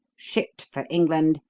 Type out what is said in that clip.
shipped for england,